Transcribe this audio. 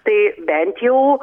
tai bent jau